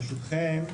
ברשותכם,